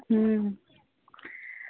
अं